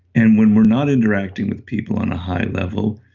and when we're not interacting with people on a high level,